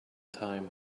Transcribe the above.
time